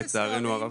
לצערנו הרב.